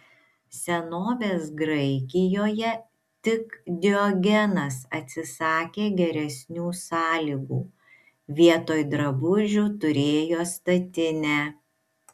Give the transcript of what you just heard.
senovės graikijoje tik diogenas atsisakė geresnių sąlygų vietoj drabužių turėjo statinę